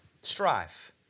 strife